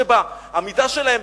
שבעמידה שלהם,